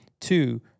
two